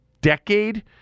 decade